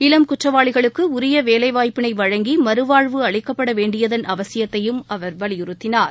இளம் குற்றவாளிகளுக்கு உரிய வேலை வாய்ப்பினை வழங்கி மறுவாழ்வு அளிக்கப்பட வேண்டியதன் அவசியத்தையும் அவர் வலியுறுத்தினார்